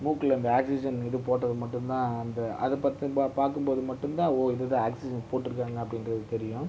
மூக்கில் இந்த ஆக்சிஜன் இது போட்டது மட்டும் தான் அந்த அதை பார்த்து பா பார்க்கும் போது மட்டும் தான் ஓ இது தான் ஆக்சிஜன் போட்டிருக்காங்க அப்படிங்றது தெரியும்